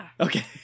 Okay